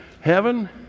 heaven